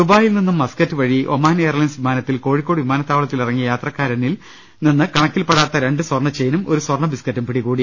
ദുബായിൽ നിന്നും മസ്ക്കറ്റ് വഴി ഒമാൻ എയർലൈൻസ് വിമാനത്തിൽ കോഴിക്കോട് വിമാന ത്താവളത്തിൽ ഇറങ്ങിയ യാത്രക്കാരനിൽ നിന്ന് കണക്കിൽപ്പെടാത്ത രണ്ട് സ്വർണ്ണ ചെയിനും ഒരു സ്വർണ ബിസ്കറ്റും പിടികൂടി